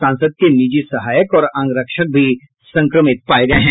सांसद के निजी सहायक और अंगरक्षक भी संक्रमित पाये गये हैं